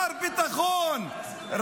מר ביטחון,